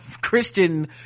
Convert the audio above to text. Christian